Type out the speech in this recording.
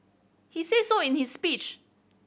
he said so in his speech